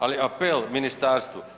Ali apel Ministarstvu.